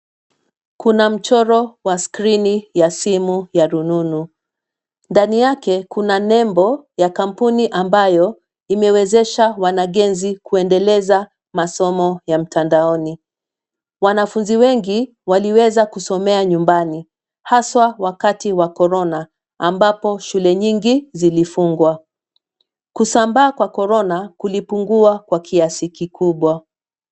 Kuna mchoro wa skrini ya simu ya rununu. Ndani yake kuna nembo ya kampuni ambayo imewezesha wanagenzi kuendeleza masomo ya mtandaoni. Wanafunzi wengi waliweza kusomea nyumbani haswa wakati wa korona ambapo shule nyingi zilifungwa. Kusambaa kwa korona kulipungua kwa kiasi kikubwa.